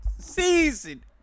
Season